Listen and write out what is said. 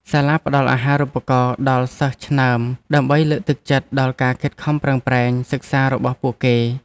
សាលាផ្តល់អាហារូបករណ៍ដល់សិស្សឆ្នើមដើម្បីលើកទឹកចិត្តដល់ការខិតខំប្រឹងប្រែងសិក្សារបស់ពួកគេ។